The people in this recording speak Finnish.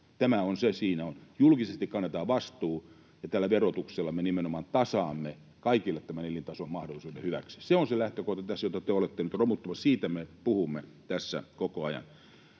Tämä se on: julkisesti kannetaan vastuu ja tällä verotuksella me nimenomaan tasaamme kaikille elintason mahdollisimman hyväksi. Se on tässä se lähtökohta, jota te olette nyt romuttamassa. Siitä me puhumme tässä koko ajan.